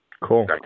Cool